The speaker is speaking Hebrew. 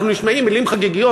אנחנו שומעים מילים חגיגיות,